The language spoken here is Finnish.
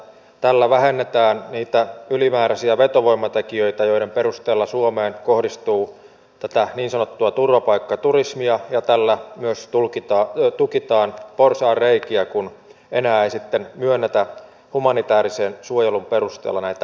tällä vähennetään niitä ylimääräisiä vetovoimatekijöitä joiden perusteella suomeen kohdistuu tätä niin sanottua turvapaikkaturismia ja tällä myös tukitaan porsaanreikiä kun enää ei sitten myönnetä humanitäärisen suojelun perusteella näitä oleskelulupia